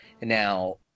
Now